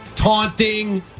taunting